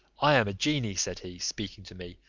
i am a genie, said he, speaking to me,